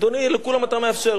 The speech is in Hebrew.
אדוני, לכולם אתה מאפשר.